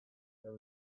there